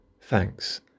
Thanks